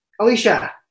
Alicia